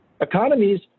economies